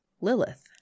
Lilith